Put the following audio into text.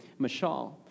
mashal